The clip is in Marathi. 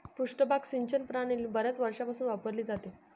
पृष्ठभाग सिंचन प्रणाली बर्याच वर्षांपासून वापरली जाते